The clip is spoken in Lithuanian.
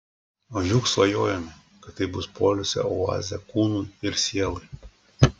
o juk svajojome kad tai bus poilsio oazė kūnui ir sielai